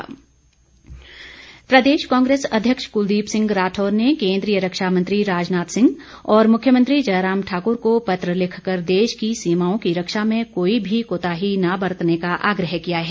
कांग्रेस प्रदेश कांग्रेस अध्यक्ष कुलदीप सिंह राठौर ने केन्द्रीय रक्षा मंत्री राजनाथ सिंह और मुख्यमंत्री जयराम ठाकुर को पत्र लिखकर देश की सीमाओं की रक्षा में कोई भी कोताही न बरतने का आग्रह किया है